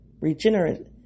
regenerative